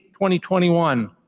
2021